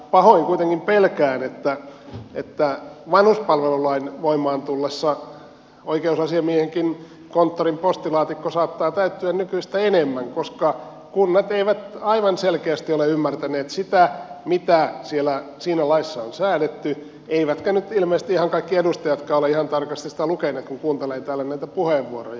pahoin kuitenkin pelkään että vanhuspalvelulain voimaan tullessa oikeusasiamiehenkin konttorin postilaatikko saattaa täyttyä nykyistä enemmän koska kunnat eivät aivan selkeästi ole ymmärtäneet sitä mitä siinä laissa on säädetty eivätkä nyt ilmeisesti ihan kaikki edustajatkaan ole ihan tarkasti sitä lukeneet kun kuuntelee täällä näitä puheenvuoroja